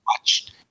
watched